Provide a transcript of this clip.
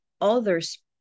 others